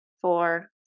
four